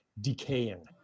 decaying